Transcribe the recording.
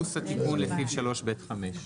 כולל התיקון לסעיף 3(ב)(5).